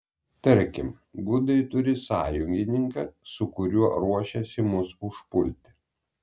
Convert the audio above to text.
tarkim gudai turi sąjungininką su kuriuo ruošiasi mus užpulti